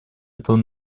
этого